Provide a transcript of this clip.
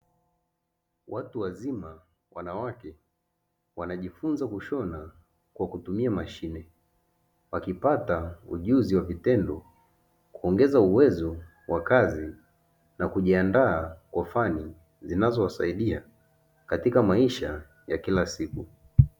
Watu wazima wanawake wanajifunza kushona kwa kutumia mashine, wakipata ujuzi wa vitendo kuongeza uwezo wa kazi na kujiandaa kwa fani zinazowasaidia katika maisha ya kila siku.